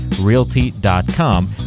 realty.com